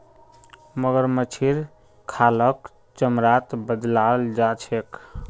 मगरमच्छेर खालक चमड़ात बदलाल जा छेक